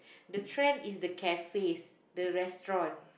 the trend is the cafes the restaurant